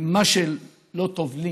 ומה שלא טוב לי